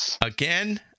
again